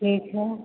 ठीक है